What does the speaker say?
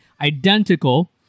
identical